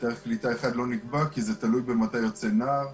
ותאריך קליטה אחד לא נקבע כי זה תלוי מתי יוצא נער.